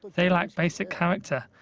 they lack basic character,